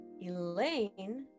Elaine